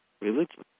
religion